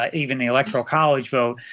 ah even the electoral college vote.